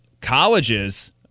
colleges